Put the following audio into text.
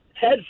head